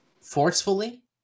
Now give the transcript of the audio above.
forcefully